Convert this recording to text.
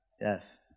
Yes